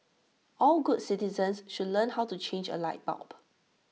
all good citizens should learn how to change A light bulb